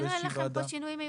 אין לכם פה שינויים?